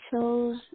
chose